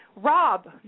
Rob